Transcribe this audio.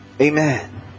Amen